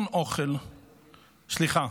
אוכל, נכון.